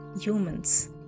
humans